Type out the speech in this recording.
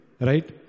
Right